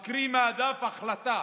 הוא מקריא מהדף החלטה